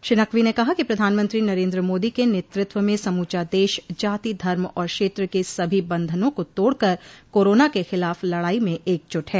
श्री नकवी ने कहा कि प्रधानमंत्री नरेंद्र मोदी के नेतृत्व में समूचा देश जाति धर्म और क्षेत्र के सभी बंधनों को तोड़कर कोरोना के खिलाफ लड़ाई में एकजुट है